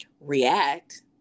react